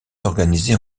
organisées